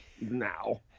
Now